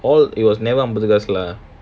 orh it was never lah